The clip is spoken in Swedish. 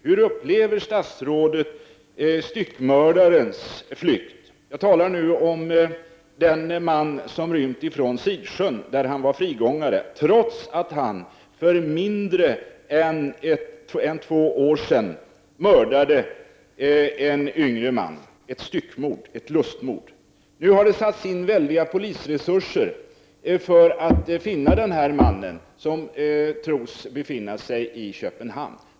Hur upplever statsrådet styckmördarens flykt? Jag talar nu om den man som rymde från Sidsjön där han hade frigång trots att han för mindre än två år sedan mördade en yngre man - ett styckmord, ett lustmord. Nu har väldiga polisresurser satts in för att finna denne man som tros befinna sig i Köpenhamn.